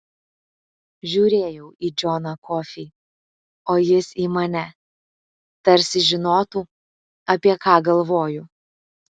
žiūrėjau į džoną kofį o jis į mane tarsi žinotų apie ką galvoju